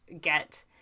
get